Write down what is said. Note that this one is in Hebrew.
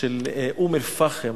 של אום-אל-פחם,